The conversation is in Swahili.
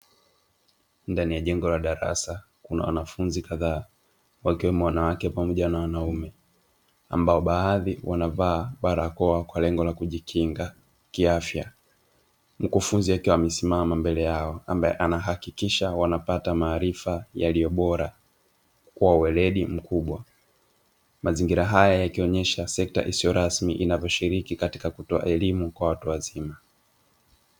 Ndani ya jengo la darasa kuna wanafunzi kadhaa wakiwemo wanawake pamoja na wanaume, ambao baadhi wamevaa barakoa kwa lengo la kujikinga kiafya. Mkufunzi akiwa amesimama mbele yao ambaye anahakikisha wanapata maarifa yaliyobora kwa weledi mkubwa. Mazingira haya yakionyesha sekta isiyo rasmi inavyoshiriki katika kutoa elimu kwa watu wazima.